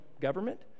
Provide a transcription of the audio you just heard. government